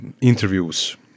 interviews